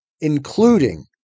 including